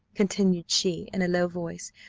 continued she, in a low voice,